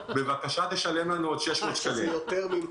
בבקשה תשלם לנו עוד 600 שקלים.